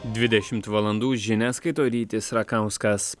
dvidešimt valandų žinias skaito rytis rakauskas